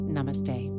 Namaste